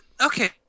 Okay